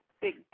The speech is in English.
Big